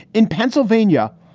in pennsylvania,